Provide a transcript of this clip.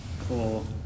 Cool